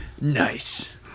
nice